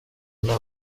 nta